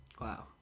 wow